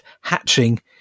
Hatching